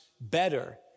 better